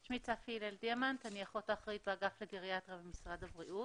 אני אחות אחראית באגף הגריאטריה במשרד הבריאות.